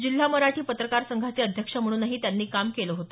जिल्हा मराठी पत्रकार संघाचे अध्यक्ष म्हणूनही त्यांनी काम केलं होत